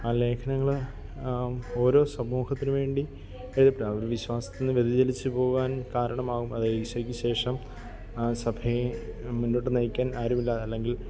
ആ ലേഘനങ്ങൾ ഓരോ സമൂഹത്തിന് വേണ്ടി കേൾക്കാം വിശ്വാസത്തിൽ നിന്ന് വ്യതിചലിച്ച് പോകാൻ കാരണമാകും അത് ഈശോയ്ക്ക് ശേഷം ആ സഭയെ മുന്നോട്ട് നയിക്കാൻ ആരുമില്ലാതെ അല്ലെങ്കിൽ